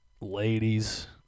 ladies